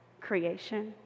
creation